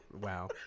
Wow